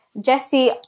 Jesse